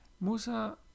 Musa